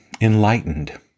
enlightened